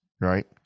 Right